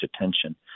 attention